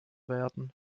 werden